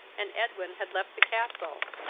and edwin had left the castle.